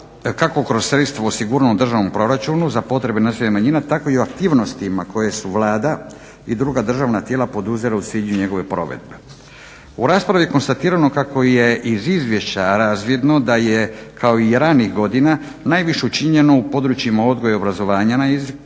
tako kako sredstva osigurana u Državnom proračunu za potrebe nacionalnih manjina tako i o aktivnostima koje su Vlada i druga državna tijela u cilju njegove provedbe. U raspravi je konstatirano kako je iz izvješća razvidno da je kao i ranijih godina najviše učinjeno u područjima odgoja i obrazovanja na jeziku